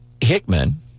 Hickman